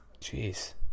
jeez